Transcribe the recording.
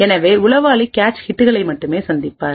எனவே உளவாளி கேச் ஹிட்களை மட்டுமே சந்திப்பார்